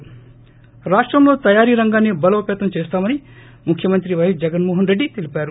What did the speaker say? శి రాష్టంలో తయారీ రంగాన్ని బలోపేతం చేస్తామని ముఖ్యమంత్రి పైఎస్ జగస్మోహన్రెడ్లి తెలిపారు